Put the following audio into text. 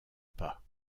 pas